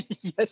yes